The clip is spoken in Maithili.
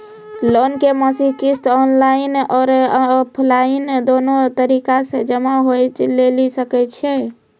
लोन के मासिक किस्त ऑफलाइन और ऑनलाइन दोनो तरीका से जमा होय लेली सकै छै?